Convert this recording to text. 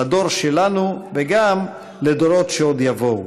לדור שלנו וגם לדורות שעוד יבואו.